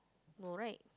no right